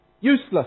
Useless